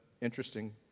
interesting